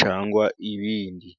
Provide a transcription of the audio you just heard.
cyangwa ibindi.